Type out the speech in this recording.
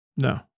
No